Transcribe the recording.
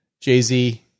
Jay-Z